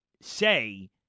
say